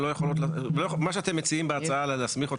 מה שאתם מציעים בהצעה להסמיך אותן,